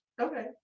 Okay